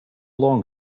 long